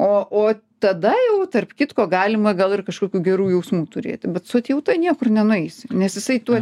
o o tada jau tarp kitko galima gal ir kažkokių gerų jausmų turėti bet su atjauta niekur nenueisi nes jisai tuo